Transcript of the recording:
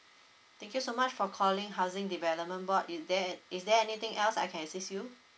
thank you so much for calling housing development board is there is there anything else I can assist you